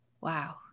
Wow